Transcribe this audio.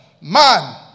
man